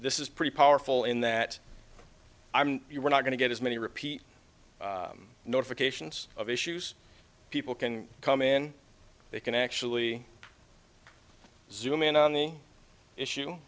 this is pretty powerful in that you are not going to get as many repeat notifications of issues people can come in they can actually zoom in on the issue